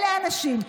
אלה האנשים.